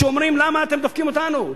שאומרים: למה אתם דופקים אותנו,